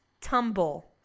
tumble